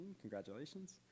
congratulations